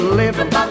living